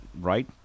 right